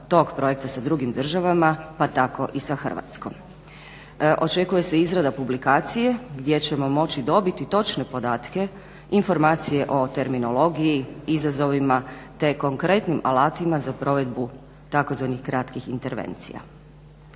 Očekuje se izrada publikacije gdje ćemo moći dobiti točne podatke, informacije o terminologiji, izazovima te konkretnim alatima za provedbu tzv. kratkih intervencija.